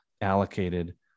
allocated